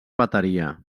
bateria